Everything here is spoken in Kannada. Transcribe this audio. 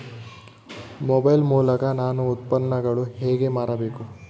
ಮೊಬೈಲ್ ಮೂಲಕ ನಾನು ಉತ್ಪನ್ನಗಳನ್ನು ಹೇಗೆ ಮಾರಬೇಕು?